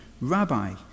Rabbi